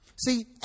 See